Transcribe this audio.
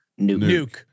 Nuke